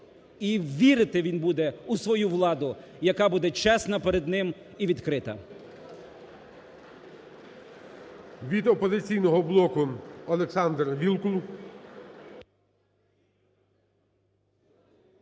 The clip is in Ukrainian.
і вірити він буде у свою владу, яка буде чесна перед ним і відкрита.